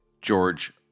George